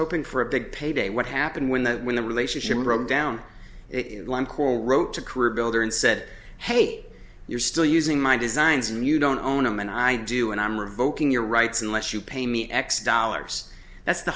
hoping for a big payday what happened when the when the relationship broke down it one call wrote to career builder and said hey you're still using my designs and you don't own them and i do and i'm revoking your rights unless you pay me x dollars that's the